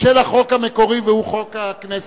של החוק המקורי, הוא חוק הכנסת.